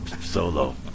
solo